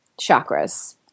chakras